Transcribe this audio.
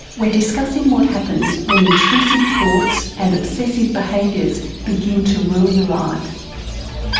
we're discussing what happens when intrusive thoughts and obsessive behaviours begin to rule your life.